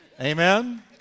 Amen